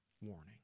warning